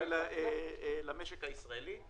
ולמשק הישראלי.